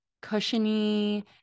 cushiony